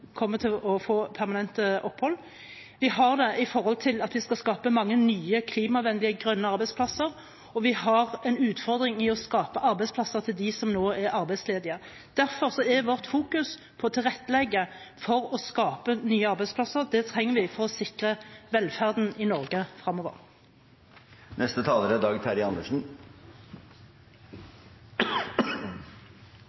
kommer til å få permanent opphold, med tanke på at vi skal skape mange nye klimavennlige, grønne arbeidsplasser og fordi vi har en utfordring i å skape arbeidsplasser til dem som nå er arbeidsledige. Derfor er vårt fokus å tilrettelegge for å skape nye arbeidsplasser. Det trenger vi for å sikre velferden i Norge